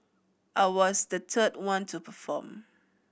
I was the third one to perform